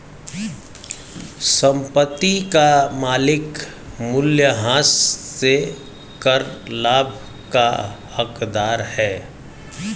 संपत्ति का मालिक मूल्यह्रास से कर लाभ का हकदार है